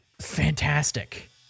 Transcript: Fantastic